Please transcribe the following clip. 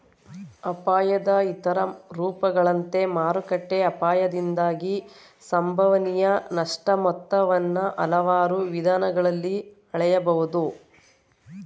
ಅಪಾಯದ ಇತರ ರೂಪಗಳಂತೆ ಮಾರುಕಟ್ಟೆ ಅಪಾಯದಿಂದಾಗಿ ಸಂಭವನೀಯ ನಷ್ಟ ಮೊತ್ತವನ್ನ ಹಲವಾರು ವಿಧಾನಗಳಲ್ಲಿ ಹಳೆಯಬಹುದು